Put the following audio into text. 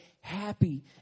happy